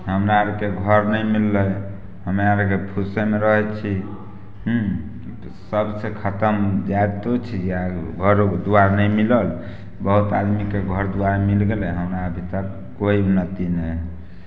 हमरा आरके घर नहि मिलले हमरा आरके फुसेमे रहय छी हूँ सभसँ खतम जाइतो छी आओर घरो दुआर नहि मिलल बहुत आदमीके घर दुआरि मिल गेलैहँ हमरा अभी तक कोइ नहि देने हइ